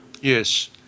Yes